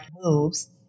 moves